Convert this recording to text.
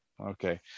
Okay